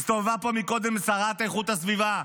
הסתובבה פה מקודם שרת איכות הסביבה,